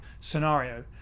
scenario